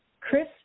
Chris